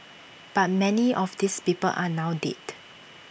but many of these people are now dead